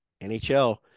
nhl